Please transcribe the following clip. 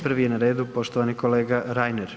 Prvi je na redu poštovani kolega Reiner.